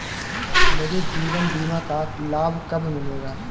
मुझे जीवन बीमा का लाभ कब मिलेगा?